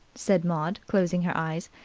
said maud, closing her eyes.